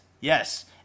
yes